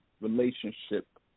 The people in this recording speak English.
relationship